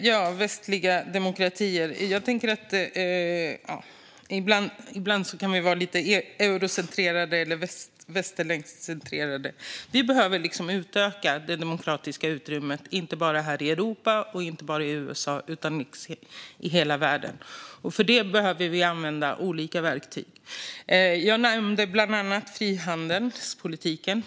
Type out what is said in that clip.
Herr talman! Fredrik Malm talar om västliga demokratier - man kan ibland vara lite eurocentrerad eller västerländskt centrerad. Vi behöver utöka det demokratiska utrymmet, inte bara här i Europa och i USA utan i hela världen. För detta behöver vi använda olika verktyg. Jag nämnde bland annat frihandelspolitiken.